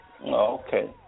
Okay